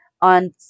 On